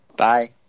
Bye